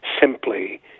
simply